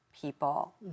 people